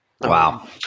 Wow